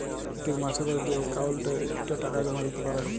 পত্তেক মাসে ক্যরে যে অক্কাউল্টে ইকট টাকা জমা দ্যিতে পারে